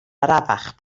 arafach